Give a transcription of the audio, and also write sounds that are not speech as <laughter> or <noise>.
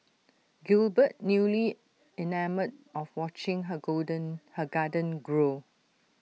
Gilbert newly enamoured of watching her <noise> golden garden grow